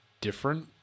different